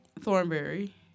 Thornberry